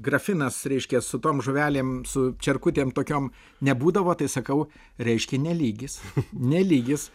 grafinas reiškia su tom žuvelėm su čerkutėm tokiom nebūdavo tai sakau reiškia ne lygis ne lygis